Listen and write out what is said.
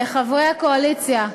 חברי הקואליציה,